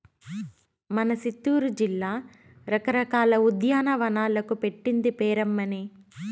మన సిత్తూరు జిల్లా రకరకాల ఉద్యానవనాలకు పెట్టింది పేరమ్మన్నీ